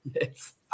yes